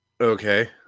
Okay